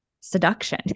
seduction